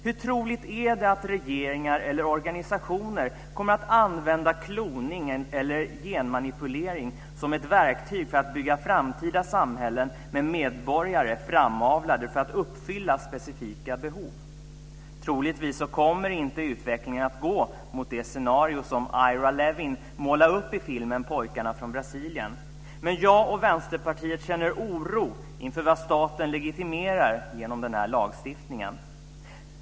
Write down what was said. Hur troligt är det att regeringar eller organisationer kommer att använda kloning eller genmanipulering som verktyg för att bygga framtida samhällen med medborgare framavlade för att fylla specifika behov? Troligtvis kommer inte utvecklingen att gå mot det scenario som Ira Levin målar upp i filmen Pojkarna från Brasilien, men jag och Vänsterpartiet känner oro inför vad staten legitimerar genom en sådan här lagstiftning.